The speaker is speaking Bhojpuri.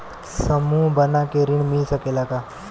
समूह बना के ऋण मिल सकेला का?